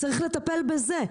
צריך לטפל בזה.